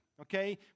okay